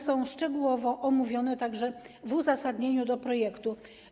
Są one szczegółowo omówione także w uzasadnieniu projektu.